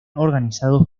organizados